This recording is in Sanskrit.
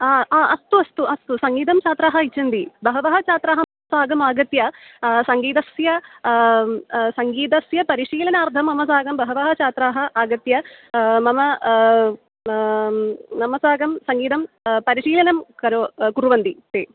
आ आ अस्तु अस्तु अस्तु सङ्गीतं छात्राः इच्छन्ति बहवः छात्रैः साकमागत्य सङ्गीतस्य सङ्गीतस्य परिशीलनार्थं मम साकं बहवः छात्राः आगत्य मम मम साकं सङ्गीतं परिशीलनं करो कुर्वन्ति ते